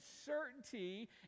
certainty